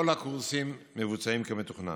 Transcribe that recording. כל הקורסים מבוצעים כמתוכנן.